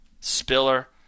Spiller